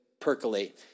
percolate